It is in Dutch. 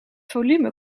volume